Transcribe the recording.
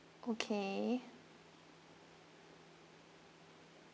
okay